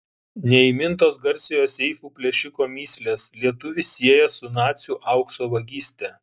neįmintos garsiojo seifų plėšiko mįslės lietuvį sieja su nacių aukso vagyste